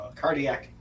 cardiac